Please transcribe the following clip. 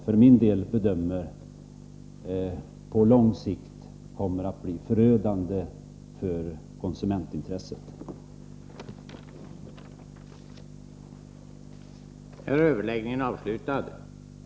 För min del bedömer jag att den på lång sikt kommer att bli förödande för konsumentintresset om ingenting görs.